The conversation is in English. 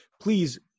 Please